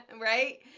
right